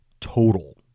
total